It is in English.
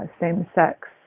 same-sex